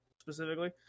specifically